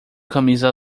camisa